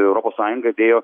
europos sąjunga dėjo